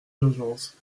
d’urgence